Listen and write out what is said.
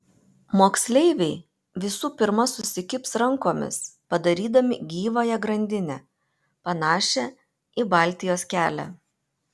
moksleiviai visų pirma susikibs rankomis padarydami gyvąją grandinę panašią į baltijos kelią